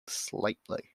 slightly